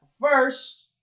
first